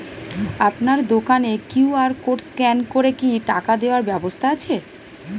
আপনার দোকানে QR code scan করে কি টাকা দেওয়ার ব্যবস্থা আছে?